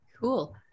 Cool